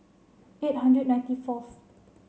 eight hundred ninety fourth